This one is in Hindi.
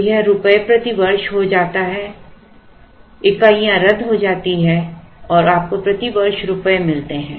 तो यह रुपये प्रति वर्ष हो जाता है इकाइयां रद्द हो जाती हैं और आपको प्रति वर्ष रुपये मिलते हैं